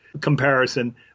comparison